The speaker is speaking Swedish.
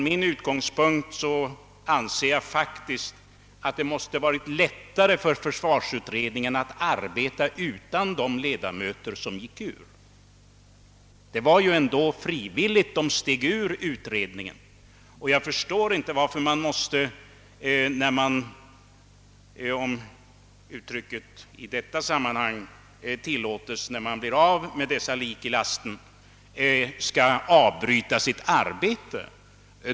Som jag ser det borde det faktiskt ha varit lättare för försvarsutredningen att arbeta utan dessa ledamöter. De gick ju ur utredningen frivilligt. Jag förstår inte varför man måste — om uttrycket i detta sammanhang tilllåtes — när man blir av med dessa lik i lasten, avbryta sitt arbete.